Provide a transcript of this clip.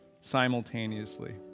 simultaneously